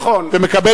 נכון.